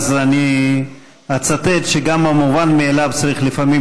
אז אני אצטט שגם המובן מאליו צריך לפעמים